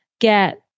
get